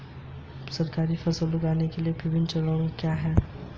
मैं अपने बैंक खाते में के.वाई.सी कैसे अपडेट कर सकता हूँ?